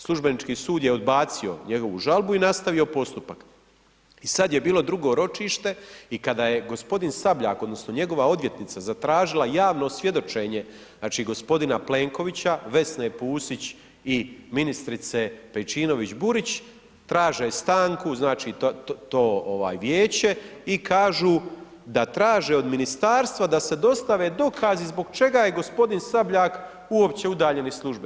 Službenički sud je odbacio njegovu žalbu i nastavio postupak i sad je bilo drugo ročište i kada je gospodin Sabljak odnosno njegova odvjetnica zatražila javno svjedočenje znači gospodina Plenkovića, Vesne Pusić i ministrice Pejčinović Burić, traže stanku, znači to ovaj vijeće i kažu da traže od ministarstva da se dostave dokazi zbog čega je gospodin Sabljak uopće udaljen iz službe.